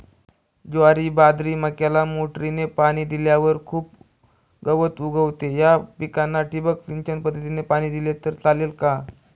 ज्वारी, बाजरी, मक्याला मोटरीने पाणी दिल्यावर खूप गवत उगवते, या पिकांना ठिबक सिंचन पद्धतीने पाणी दिले तर चालेल का?